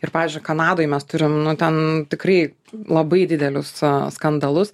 ir pavyzdžiui kanadoj mes turim nu ten tikrai labai didelius skandalus